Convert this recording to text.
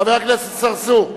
חבר הכנסת צרצור,